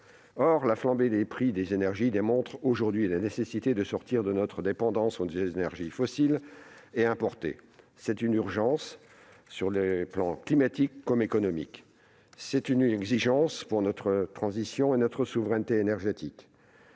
Or la flambée des prix des énergies démontre aujourd'hui la nécessité de sortir de notre dépendance par rapport aux énergies fossiles et importées. C'est une urgence, dans le domaine tant climatique qu'économique. Il s'agit aussi d'une exigence pour notre transition et notre souveraineté énergétiques.